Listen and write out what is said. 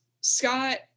Scott